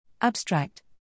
Abstract